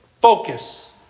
focus